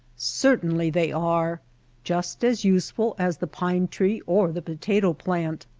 certainly they are just as useful as the pine tree or the potato plant.